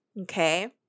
Okay